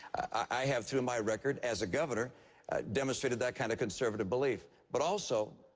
i have through my record as a governor demonstrated that kind of conservative belief. but also,